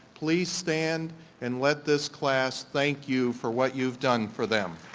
please stand and let this class thank you for what you've done for them.